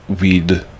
weed